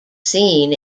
seen